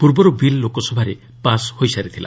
ପୂର୍ବରୁ ବିଲ୍ ଲୋକସଭାରେ ପାସ୍ ହୋଇସାରିଥିଲା